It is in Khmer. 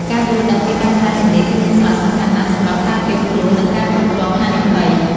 ការយល់ដឹងពីបញ្ហាទាំងនេះគឺមានសារៈសំខាន់ណាស់សម្រាប់ការត្រៀមខ្លួន និងការគ្រប់គ្រងហានិភ័យ។